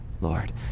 Lord